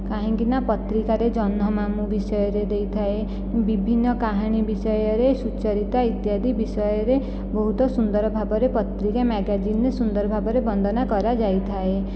କାହିଁକିନା ପତ୍ରିକାରେ ଜହ୍ନମାମୁଁ ବିଷୟରେ ଦେଇଥାଏ ବିଭିନ୍ନ କାହାଣୀ ବିଷୟରେ ସୁଚରିତା ଇତ୍ୟାଦି ବିଷୟରେ ବହୁତ ସୁନ୍ଦର ଭାବରେ ପତ୍ରିକା ମ୍ୟାଗାଜିନରେ ସୁନ୍ଦର ଭାବରେ ବର୍ଣ୍ଣନା କରାଯାଇଥାଏ